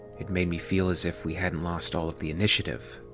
it made me feel as if we hadn't lost all of the initiative.